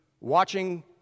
watching